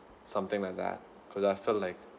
something like that because I felt like